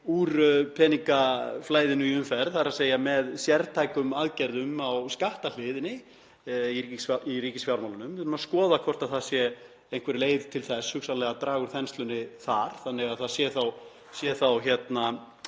úr peningaflæðinu í umferð, þ.e. með sértækum aðgerðum á skattahliðinni í ríkisfjármálunum. Við þurfum að skoða hvort það sé einhver leið til þess hugsanlega að draga úr þenslunni þannig að það sé kæling